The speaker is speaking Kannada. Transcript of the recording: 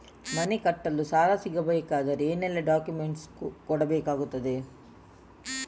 ಮನೆ ಕಟ್ಟಲು ಸಾಲ ಸಿಗಬೇಕಾದರೆ ಏನೆಲ್ಲಾ ಡಾಕ್ಯುಮೆಂಟ್ಸ್ ಕೊಡಬೇಕಾಗುತ್ತದೆ?